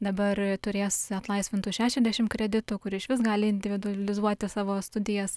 dabar turės atlaisvintų šešiadešim kreditų kur išvis gali individualizuoti savo studijas